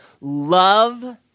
love